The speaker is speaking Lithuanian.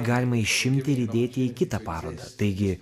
galima išimti ir įdėti į kitą parodą taigi